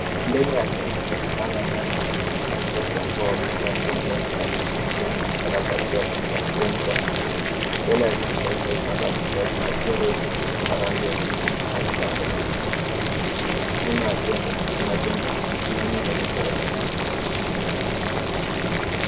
Mbele ya jengo lenye paa la nyasi, lililoezekwa kwa umbo wa konge wa piramidi, likiwa na msalaba juu yake kuashiria likiwa na kanisa, mbele ya jengo hilo, upande wa kulia, kuna jua refu, rangi yenye blue . Pana bango lengine, liko na maandishi. Nyuma ya jengo kuna jengo lingine la ghorofa, linaloonekana wazi.